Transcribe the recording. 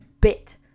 bit